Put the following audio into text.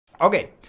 Okay